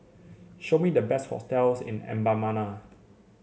show me the best hotels in Mbabana